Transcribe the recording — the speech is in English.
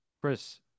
Chris